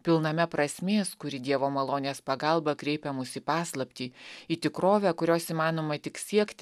pilname prasmės kuri dievo malonės pagalba kreipia mus į paslaptį į tikrovę kurios įmanoma tik siekti